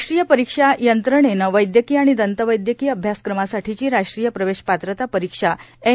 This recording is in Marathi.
राष्ट्रीय परीक्षा यंत्रणेनं वैद्यकीय आणि दंतवैद्यकीय अभ्यासक्रमासाठीची राष्ट्रीय प्रवेश पात्रता परीक्षा एन